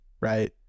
right